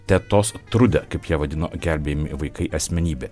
tetos trudė kaip ją vadino gelbėjami vaikai asmenybė